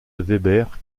weber